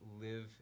live